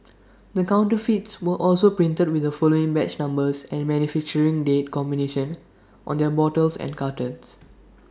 the counterfeits were also printed with the following batch numbers and manufacturing date combinations on their bottles and cartons